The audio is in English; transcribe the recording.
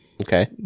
Okay